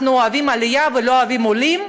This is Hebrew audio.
אנחנו אוהבים עלייה ולא אוהבים עולים,